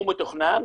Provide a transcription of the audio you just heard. הוא מתוכנן,